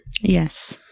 yes